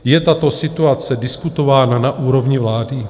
Je tato situace diskutována na úrovni vlády?